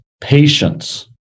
patience